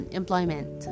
employment